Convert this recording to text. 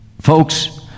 folks